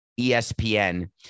ESPN